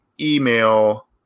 email